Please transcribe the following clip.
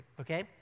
okay